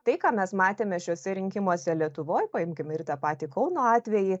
tai ką mes matėme šiuose rinkimuose lietuvoj paimkim ir tą patį kauno atvejį